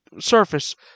surface